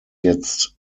jetzt